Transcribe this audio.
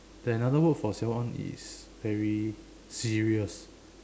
there's another word for siao on is very serious